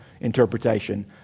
interpretation